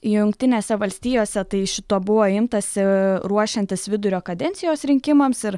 jungtinėse valstijose tai šito buvo imtasi ruošiantis vidurio kadencijos rinkimams ir